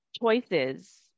choices